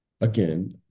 again